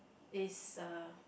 is uh